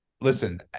listen